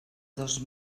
dos